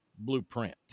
blueprint